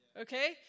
Okay